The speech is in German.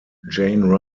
jane